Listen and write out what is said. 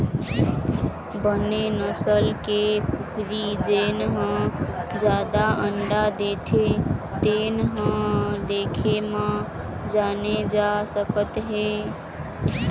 बने नसल के कुकरी जेन ह जादा अंडा देथे तेन ल देखे म जाने जा सकत हे